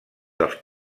dels